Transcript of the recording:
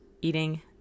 eating